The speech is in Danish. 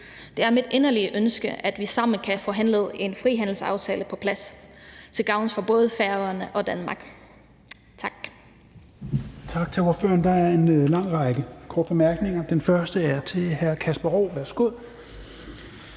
Det er mit inderlige ønske, at vi sammen kan få forhandlet en frihandelsaftale på plads til gavn for både Færøerne og Danmark. Tak.